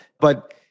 But-